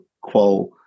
qual